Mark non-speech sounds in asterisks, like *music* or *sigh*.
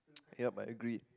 *noise* yup I agree